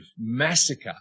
massacre